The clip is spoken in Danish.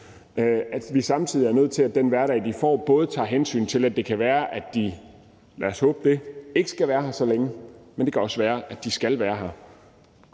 men samtidig skal den hverdag, de får, både tage hensyn til, at de – lad os håbe det – ikke skal være her så længe, men at det også kan være, at de skal være her